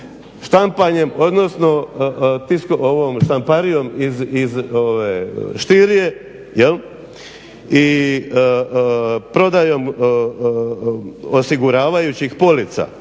štampanjem odnosno štamparijom iz … i prodajom osiguravajućih polica.